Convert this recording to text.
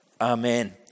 Amen